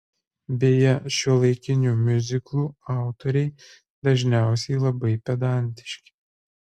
beje šiuolaikinių miuziklų autoriai dažniausiai labai pedantiški